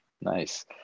Nice